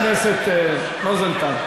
חבר הכנסת רוזנטל,